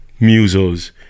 musos